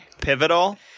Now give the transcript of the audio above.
Pivotal